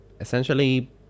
essentially